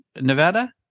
Nevada